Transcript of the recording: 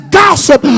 gossip